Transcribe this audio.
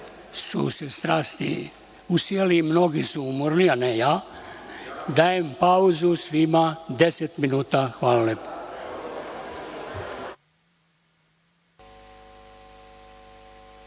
su se strasti usijale i mnogi su umorni, a ne ja, dajem pauzu svima deset minuta. Hvala